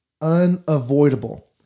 unavoidable